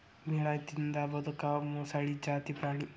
ಮೇನಾ ತಿಂದ ಬದಕು ಮೊಸಳಿ ಜಾತಿ ಪ್ರಾಣಿ